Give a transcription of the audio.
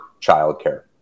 childcare